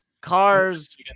cars